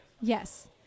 Yes